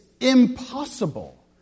impossible